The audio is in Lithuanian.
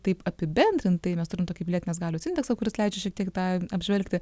taip apibendrintai mes turim tokį pilietinės galios indeksą kuris leidžia šiek tiek tą apžvelgti